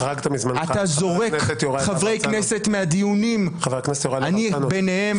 אתה זורק חברי כנסת מהדיונים ואני ביניהם.